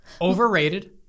Overrated